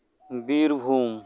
Birbhum